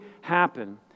happen